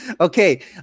Okay